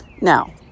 Now